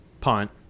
punt